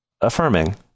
affirming